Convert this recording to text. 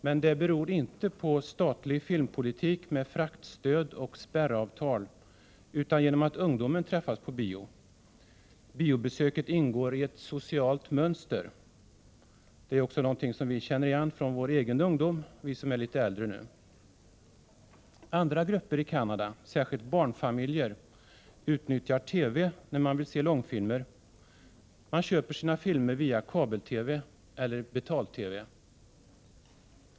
Men det beror inte på en statlig filmpolitik med fraktstöd och spärravtal, utan på att ungdomen träffas på bio. Biobesöket ingår i ett socialt mönster. Det är ju också något som vi känner igen från vår egen ungdom, vi som är litet äldre nu. Andra grupper i Canada — särskilt barnfamiljer — utnyttjar TV, när de vill se långfilmer. Man köper sina filmer via kabel-TV eller betal-TV.